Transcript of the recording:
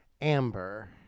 Amber